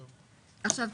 לעניין זה,